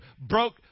broke